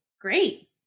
Great